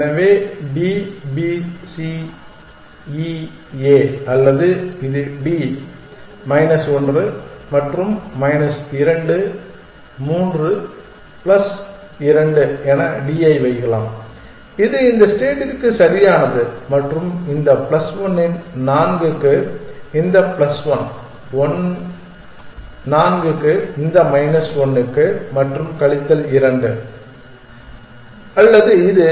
எனவே D B C E A அல்லது இது D மைனஸ் 1 மற்றும் மைனஸ் 2 3 பிளஸ் 2 என D ஐ வைக்கலாம் இது இந்த ஸ்டேட்டிற்கு சரியானது மற்றும் இந்த பிளஸ் ஒன் 4 க்கு இந்த பிளஸ் ஒன் 4 இந்த மைனஸ் 1 க்கு மற்றும் கழித்தல் 2 அல்லது இது